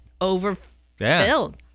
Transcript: overfilled